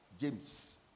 James